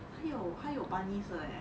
还有还有 bunnies 的勒